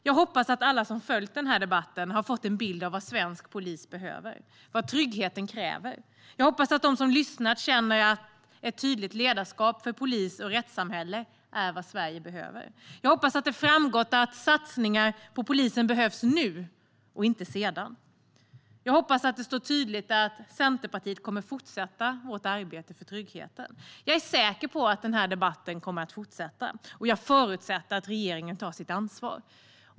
Jag hoppas att alla som har följt debatten har fått en bild av vad svensk polis behöver och vad tryggheten kräver. Jag hoppas att de som har lyssnat känner att ett tydligt ledarskap för polis och rättssamhälle är vad Sverige behöver. Jag hoppas att det har framgått att satsningar på polisen behövs nu och inte sedan. Jag hoppas att det står tydligt att Centerpartiet kommer att fortsätta arbetet för tryggheten. Jag är säker på att debatten kommer att fortsätta, och jag förutsätter att regeringen tar sitt ansvar.